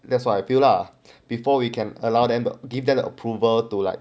that's why I feel lah before we can allow them give them the approval to like